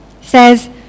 says